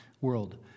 world